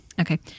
Okay